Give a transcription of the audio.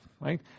right